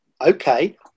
okay